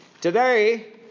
Today